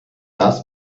das